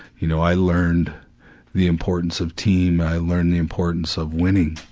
you know, i learned the importance of team, i learned the importance of winning,